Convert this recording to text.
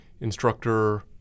instructor